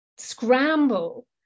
Scramble